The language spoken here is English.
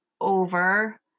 over